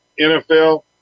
NFL